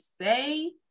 say